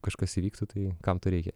kažkas įvyktų tai kam to reikia